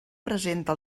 presenta